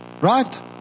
Right